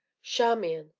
charmian!